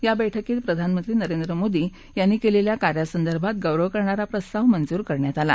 या बैठकीत प्रधानमंत्री नरेंद्र मोदी यांनी कलिखी कार्यासंदर्भात गौरव करणारा प्रस्ताव मंजूर करण्यात आला